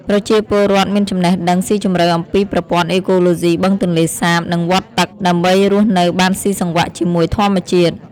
ប្រជាពលរដ្ឋមានចំណេះដឹងស៊ីជម្រៅអំពីប្រព័ន្ធអេកូឡូស៊ីបឹងទន្លេសាប និងវដ្តទឹក ដើម្បីរស់នៅបានស៊ីសង្វាក់ជាមួយធម្មជាតិ។